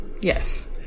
Yes